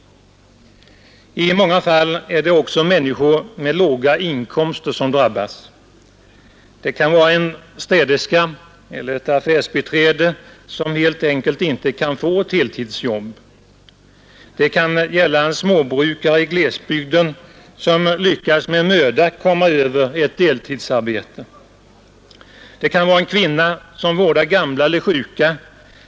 I många fall är det också människor med låga inkomster som drabbas. Det kan vara en städerska eller ett affärsbiträde, som helt enkelt inte kan få ett heltidsjobb. Det kan gälla en småbrukare i glesbygden som lyckas med möda komma över ett deltidsarbete. Det kan vara en kvinna som vårdar gamla eller sjuka.